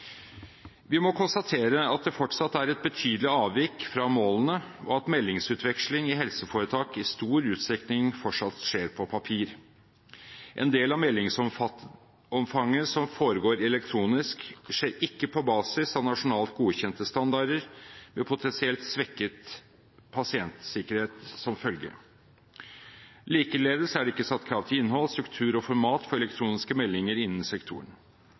Vi må konstatere at det fortsatt er et betydelig avvik fra målene, og at meldingsutveksling i helseforetak i stor utstrekning fortsatt skjer på papir. En del av meldingsomfanget som foregår elektronisk, skjer ikke på basis av nasjonalt godkjente standarder, med potensielt svekket pasientsikkerhet som følge. Likeledes er det ikke satt krav til innhold, struktur og format for elektroniske meldinger innen sektoren.